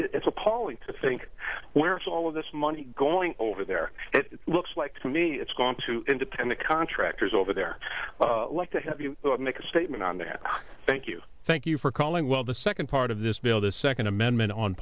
it's appalling to think where is all of this money going over there it looks like to me it's gone to independent contractors over there like to have you make a statement on their thank you thank you for calling well the second part of this bill the second amendment on